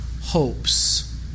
hopes